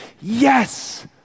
Yes